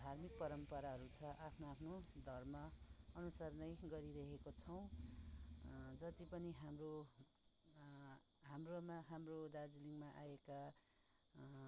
धार्मिक परम्पराहरू छ आफ्नो आफ्नो धर्म अनुसार नै गरिरहेको छौँ जति पनि हाम्रो हाम्रोमा हाम्रो दार्जिलिङमा आएका